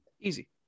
Easy